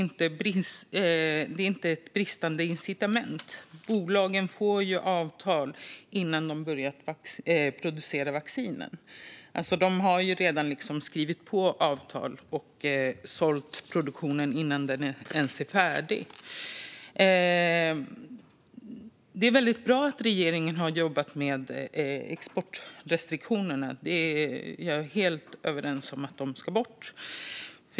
Det är inte bristande incitament, utan bolagen får avtal innan de börjar producera vaccinen. De har redan skrivit på avtal och sålt produktionen innan den ens är färdig. Det är bra att regeringen har jobbat med exportrestriktionerna. Vi är helt överens om att de ska bort.